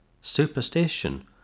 superstition